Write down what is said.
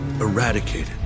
eradicated